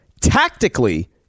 tactically